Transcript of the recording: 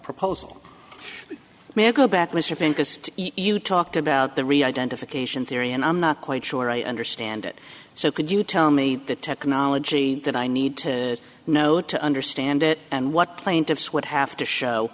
pinkus you talked about the re identification theory and i'm not quite sure i understand it so could you tell me the technology that i need to know to understand it and what plaintiffs would have to show